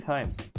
Times